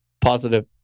positive